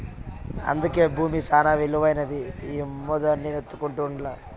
అందుకే బూమి శానా ఇలువైనది, అమ్మొద్దని మొత్తుకుంటా ఉండ్లా